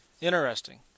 Interesting